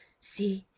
see,